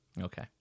okay